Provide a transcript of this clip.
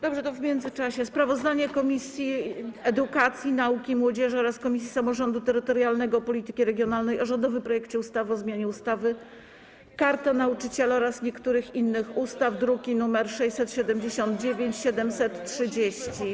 Dobrze, to w międzyczasie sprawozdanie Komisji Edukacji, Nauki i Młodzieży oraz Komisji Samorządu Terytorialnego i Polityki Regionalnej o rządowym projekcie ustawy o zmianie ustawy - Karta Nauczyciela oraz niektórych innych ustaw, druki nr 679 i 730.